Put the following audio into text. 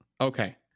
Okay